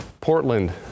Portland